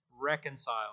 Reconcile